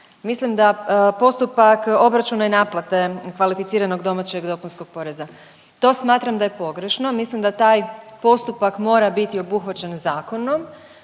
Mislim da postupak obračuna i naplate kvalificiranog domaćeg dopunskog poreza. To smatram da je pogrešno, mislim da taj postupak mora biti obuhvaćen zakonom,